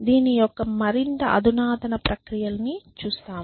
దీని యొక్క మరింత అధునాతన ప్రక్రియలను చూస్తాము